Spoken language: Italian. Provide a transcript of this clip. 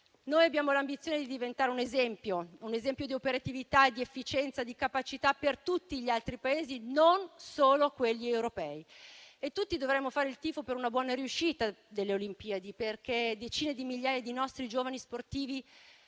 Noi abbiamo l'ambizione di diventare un esempio di operatività, di efficienza e di capacità per tutti gli altri Paesi, non solo quelli europei. Tutti dovremmo fare il tifo per una buona riuscita delle Olimpiadi, perché decine di migliaia di nostri giovani sportivi